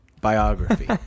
biography